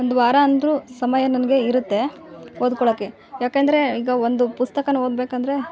ಒಂದು ವಾರ ಅಂದರು ಸಮಯ ನನಗೆ ಇರುತ್ತೆ ಓದ್ಕೊಳೋಕೆ ಯಾಕಂದ್ರೆ ಈಗ ಒಂದು ಪುಸ್ತಕನ ಓದಬೇಕಂದ್ರೆ